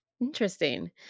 Interesting